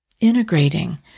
integrating